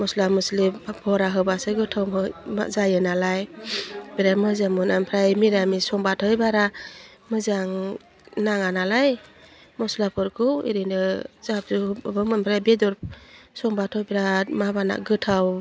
मास्ला मस्लि फाब भरा होबासो गोथाव होय जायो नालाय बिराद मोजां मोनो ओमफ्राय मिरामिस संबाथाय बारा मोजां नाङा नालाय मस्लाफोरखौ ओरैनो जाब जुब अबा मोन्द्राय बेदर संबाथ' बिराद माबाना गोथाव